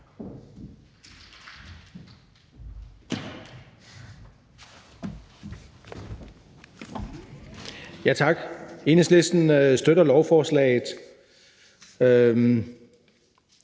Tak. Enhedslisten støtter lovforslaget.